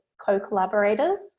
co-collaborators